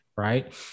Right